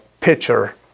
pitcher